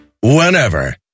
Whenever